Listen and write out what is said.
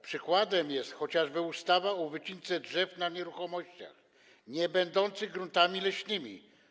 Przykładem jest chociażby ustawa o wycince drzew na nieruchomościach niebędących gruntami leśnymi.